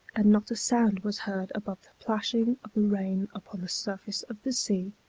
and not a sound was heard above the plashing of the rain upon the surface of the sea,